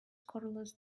cordless